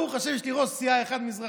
ברוך השם, יש לי ראש סיעה אחד מזרחי.